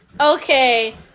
Okay